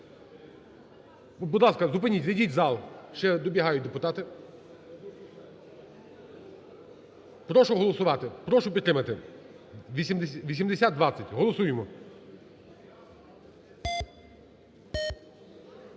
Будь ласка, зупиніть, зайдіть в зал. Ще добігають депутати. Прошу голосувати, прошу підтримати 8020. Голосуємо.